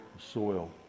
soil